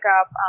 up